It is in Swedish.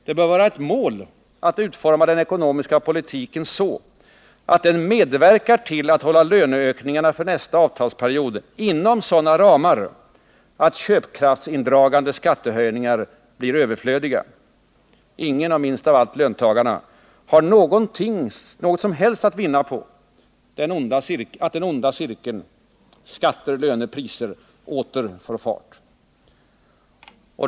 Det bör vara ett mål att utforma den ekonomiska politiken så att den medverkar till att hålla löneökningarna för nästa avtalsperiod inom sådana ramar att köpkraftsindragande skattehöjningar blir överflödiga. Ingen, minst av allt löntagarna, har något som helst att vinna på att den onda cirkeln — skatter, löner och priser — åter får fart.